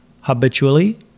habitually